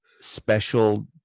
special